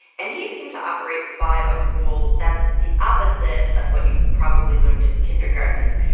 and he seemed to operate by a rule that's the opposite of what you probably learned in kindergarten.